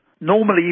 normally